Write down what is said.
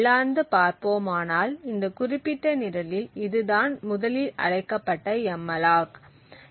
உள்ளார்ந்து பார்ப்போமானால் இந்த குறிப்பிட்ட நிரலில் இதுதான் முதலில் அழைக்கப்பட்ட எம்மலாக்